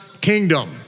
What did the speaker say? kingdom